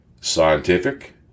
Scientific